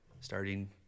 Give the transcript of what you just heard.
starting